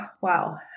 Wow